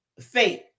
Faith